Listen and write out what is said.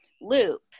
loop